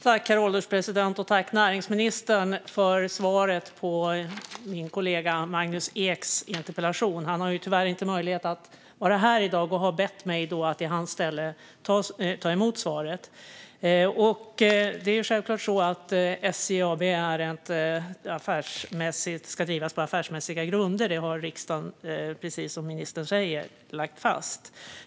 Herr ålderspresident! Tack, näringsministern, för svaret på min kollega Magnus Eks interpellation! Han har tyvärr inte möjlighet att vara här i dag och har bett mig att i hans ställe ta emot svaret. Självfallet ska SJ AB drivas på affärsmässiga grunder. Detta har riksdagen, precis som ministern säger, lagt fast.